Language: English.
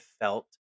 felt